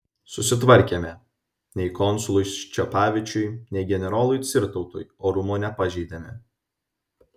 susitvarkėme nei konsului ščepavičiui nei generolui cirtautui orumo nepažeidėme